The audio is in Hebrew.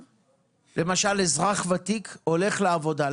למשל אזרח ותיק הולך לעבודה.